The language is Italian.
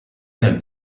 nel